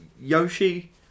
Yoshi